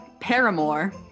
Paramore